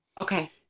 Okay